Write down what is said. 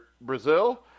Brazil